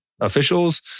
officials